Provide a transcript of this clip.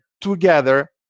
together